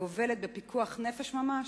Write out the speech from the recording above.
הגובלת בפיקוח נפש ממש?